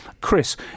Chris